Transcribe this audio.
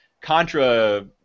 contra